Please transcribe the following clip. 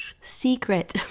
secret